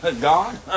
God